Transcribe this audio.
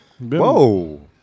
Whoa